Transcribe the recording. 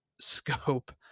scope